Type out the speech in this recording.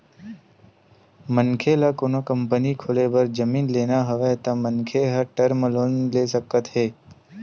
मनखे ल कोनो कंपनी खोले बर जमीन लेना हवय त मनखे ह टर्म लोन ले सकत हे